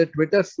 Twitter